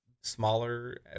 smaller